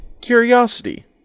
curiosity